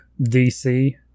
DC